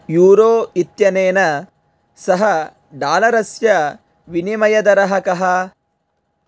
euro इत्यनेन सह डालरस्य विनिमयदरः कः